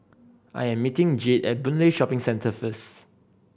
I'm meeting Jade at Boon Lay Shopping Centre first